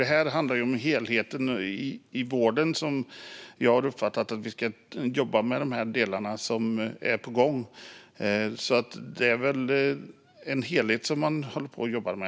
Det handlar ju om helheten i vården; det är det jag uppfattar att man håller på och jobbar med.